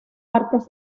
artes